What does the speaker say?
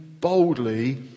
boldly